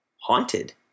Haunted